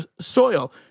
soil